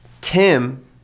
Tim